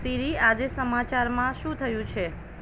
સીરી આજે સમાચારમાં શું થયું છે